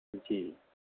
جی